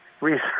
research